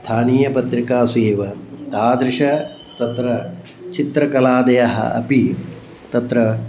स्थानीयपत्रिकासु एव तादृश्यः तत्र चित्रकलादयः अपि तत्र